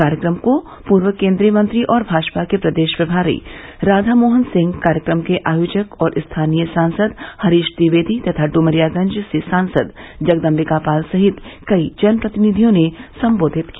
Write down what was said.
कार्यक्रम को पूर्व केन्द्रीय मंत्री और भाजपा के प्रदेश प्रभारी राधा मोहन सिंह कार्यक्रम के आयोजक और स्थानीय सांसद हरीश द्विवेदी तथा ड्मरियागज से सांसद जगदम्बिका पाल सहित कई जनप्रतिनिधियों ने सम्बोधित किया